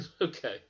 okay